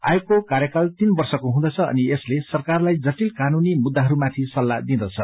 आयोगको कार्यकाल तीन वर्षको हुँदछ अनि यसले सरकारलाई जटिल कानूनी मुद्दाहरूमाथि सल्लाह दिँदछ